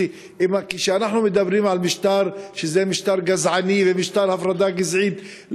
כשאנחנו מדברים על זה שזה משטר גזעני ומשטר הפרדה גזעית,